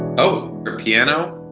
oh, a piano?